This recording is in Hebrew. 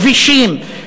כבישים,